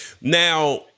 now